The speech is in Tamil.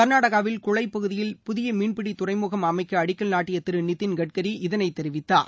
காநாடாகாவில் குளை பகுதியில் புதிய மீன்பிடி துறைமுகம் அமைக்க அடிக்கல் நாட்டிய திரு நிதின் கட்கரி இதை தெரிவித்தார்